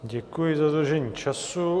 Děkuji za dodržení času.